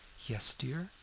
yes, dear?